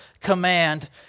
command